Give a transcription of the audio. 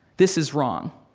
this is wrong.